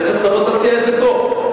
תיכף תבוא, תציע את זה פה.